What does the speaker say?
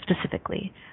Specifically